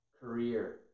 career